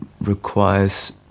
requires